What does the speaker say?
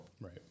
right